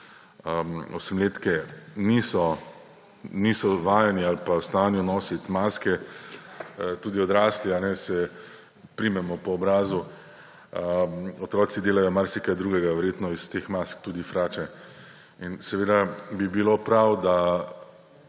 osemletke, niso vajeni ali v stanju nositi maske, tudi odrasli se primemo po obrazu, otroci delajo marsikaj drugega verjetno iz teh mask, tudi frače. In seveda bi bilo prav, da